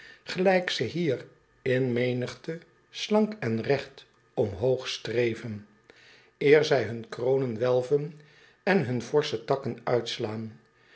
gelijk ze hier in menigte slank en regt omhoog streven eer zij hun kroonen welven en hun forsche takken uitslaan